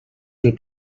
del